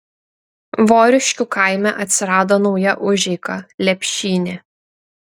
voriškių kaime atsirado nauja užeiga lepšynė